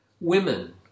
women